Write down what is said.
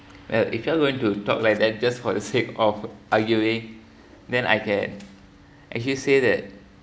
and if you are going to talk like that just for the sake of arguing then I can actually say that